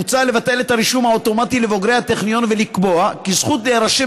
מוצע לבטל את הרישום האוטומטי לבוגרי הטכניון ולקבוע כי זכות להירשם